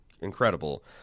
incredible